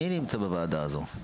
מי נמצא בוועדה הזאת?